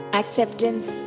acceptance